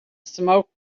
smoke